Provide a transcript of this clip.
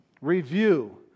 review